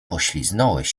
pośliznąłeś